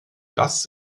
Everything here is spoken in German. das